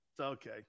okay